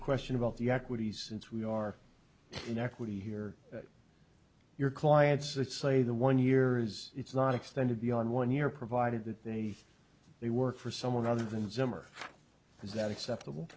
question about the equities as we are in equity here your clients that say the one years it's not extended beyond one year provided that they they work for someone other than zimmer is that acceptable